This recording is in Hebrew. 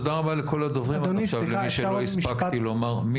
תודה רבה לכל הדוברים עד עכשיו למי שלא הספקתי לומר.